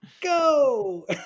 go